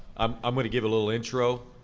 um i'm going to give a little intro,